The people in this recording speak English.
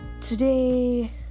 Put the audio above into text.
today